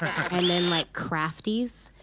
and then like crafties,